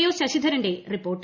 ങ ശശിധരന്റെ റിപ്പോർട്ട്